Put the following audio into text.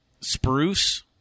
Spruce